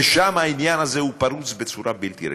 שם העניין פרוץ בצורה בלתי רגילה.